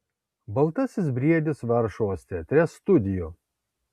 baltasis briedis varšuvos teatre studio